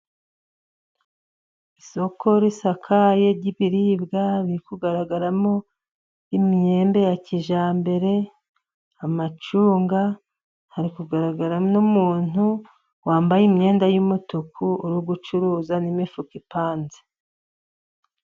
Isoko riisakaye ry'biribwa birkugaragaramo imyenda ya kijyambere, amacunga, hari kugaragara n'umuntu wambaye imyenda y'umutuku uri gucuruza n'imifuka ipanze.